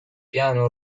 piano